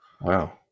Wow